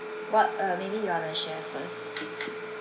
what uh maybe you wanna share first